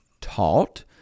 taught